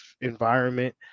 environment